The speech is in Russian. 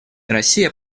россия